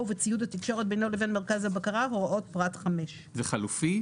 ובציוד התקשורת בינו לבין מרכז הבקרה הוראות פרט 5. זה חלופי?